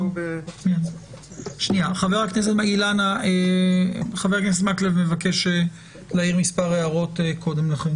לכן חבר הכנסת מקלב מבקש להעיר מספר הערות.